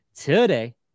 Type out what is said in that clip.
today